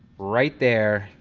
right there,